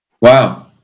Wow